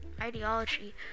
ideology